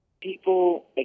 People